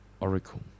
Oracle